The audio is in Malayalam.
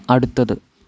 അടുത്തത്